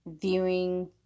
viewing